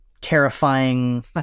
terrifying